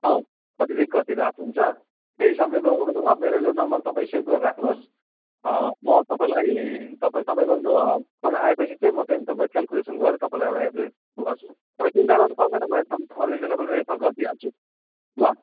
अँ कति दिन कति रात हुन्छ त्यही हिसाबले गरौँ न त ल मेरो यो नम्बर तपाईँ सेभ गरेर राख्नुहोस् म तपाईँलाई तपाईँ तपाईँको फोन आएपछि चाहिँ म त्यहाँ क्यालकुलेसन गरेर तपाईँलाई एउटा एभ्रेज गर्छु तपाईँ चिन्ता गर्नु पर्दैन म एकदम तपाईँलाई रिजनेबल रेटमा गरिदिइहाल्छु ल